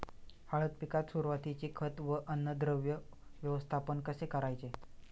हळद पिकात सुरुवातीचे खत व अन्नद्रव्य व्यवस्थापन कसे करायचे?